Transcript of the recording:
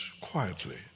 quietly